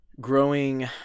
Growing